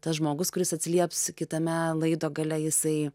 tas žmogus kuris atsilieps kitame laido gale jisai